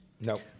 No